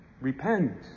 Repent